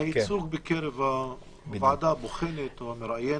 לייצוג בקרב הוועדה הבוחנת או המראיינת.